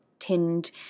tinned